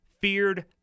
feared